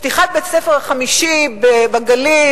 פתיחת בית-הספר החמישי בגליל,